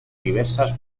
diversas